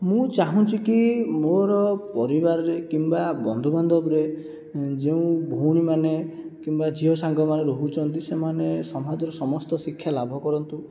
ମୁଁ ଚାହୁଁଛି କି ମୋର ପରିବାରରେ କିମ୍ବା ବନ୍ଧୁ ବାନ୍ଧବରେ ଯେଉଁ ଭଉଣୀମାନେ କିମ୍ବା ଝିଅ ସାଙ୍ଗମାନେ ରହୁଛନ୍ତି ସେମାନେ ସମାଜରେ ସମସ୍ତ ଶିକ୍ଷା ଲାଭ କରନ୍ତୁ